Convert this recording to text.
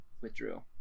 withdrew